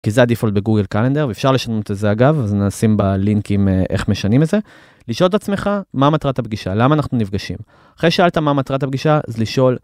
כי זה הדיפולט בגוגל קלנדר ואפשר לשנות את זה אגב, אז נשים בלינקים איך משנים את זה. לשאול את עצמך מה מטרת הפגישה, למה אנחנו נפגשים. אחרי שאלת מה מטרת הפגישה אז לשאול.